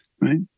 right